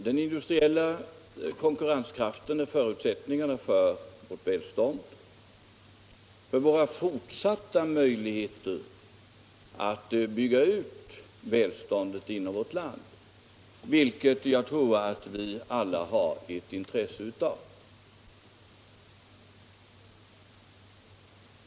Den industriella konkurrenskraften är en förutsättning för vårt välstånd, för våra fortsatta möjligheter att bygga ut välståndet inom vårt land, något som jag tror att vi alla har ett intresse av.